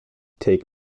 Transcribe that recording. take